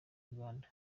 uganda